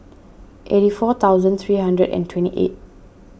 eighty four thousand three hundred and twenty eight